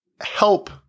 help